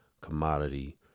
commodity